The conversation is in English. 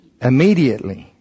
immediately